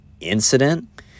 incident